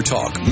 Talk